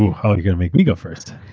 and ah and going to make me go first.